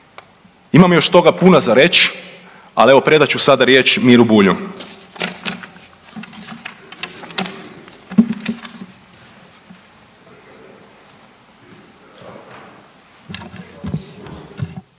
Imam još toga puno za reć, al evo predat ću sada riječ Miru Bulju.